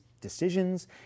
decisions